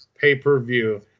pay-per-view